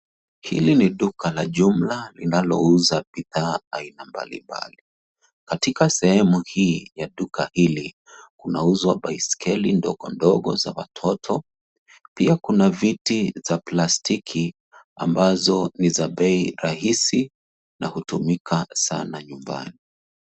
Hili ni duka la jumla linalouza bidhaa aina mbalimbali. Katika sehemu hii ya duka hili, kunauzwa baiskeli ndogo ndogo za watoto, pia kuna viti za plastiki ambazo ni za bei rahisi na hutumika sana nyumbani.